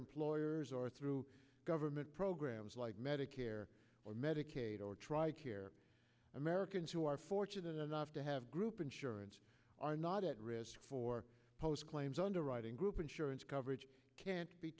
employers or through government programs like medicare for medicaid or tri care americans who are fortunate enough to have group insurance are not at risk for post claims underwriting group insurance coverage can be